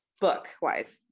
book-wise